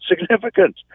significance